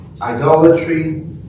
idolatry